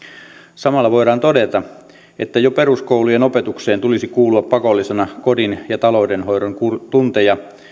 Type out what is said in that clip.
samalla voidaan todeta että jo peruskoulujen opetukseen tulisi kuulua pakollisena kodin ja taloudenhoidon tunteja